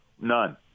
None